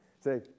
Say